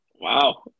Wow